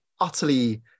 utterly